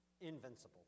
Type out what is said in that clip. invincible